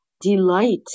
delight